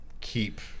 keep